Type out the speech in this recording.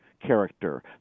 character